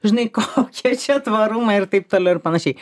žinai kokie čia tvarumai ir taip toliau ir panašiai